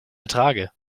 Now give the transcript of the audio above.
ertrage